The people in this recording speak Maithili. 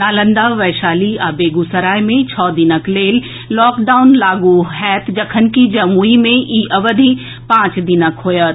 नालंदा वैशाली आ बेगूसराय मे छओ दिनक लेल लॉकडाउन लागू होयत जखनकि जमुई में ई अवधि पांच दिनक होयत